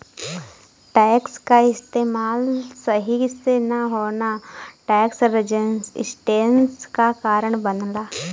tax क इस्तेमाल सही से न होना टैक्स रेजिस्टेंस क कारण बनला